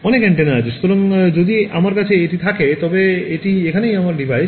অনেক অ্যান্টেনা আছে সুতরাং যদি আমার কাছে এটি থাকে তবে এটি এখানেই আমার ডিভাইস